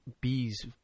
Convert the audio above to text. bees